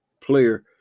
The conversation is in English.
player